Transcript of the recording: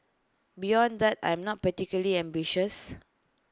beyond that I'm not particularly ambitious